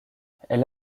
elle